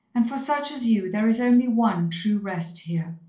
and for such as you there is only one true rest here.